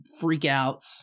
freakouts